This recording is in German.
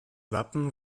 wappen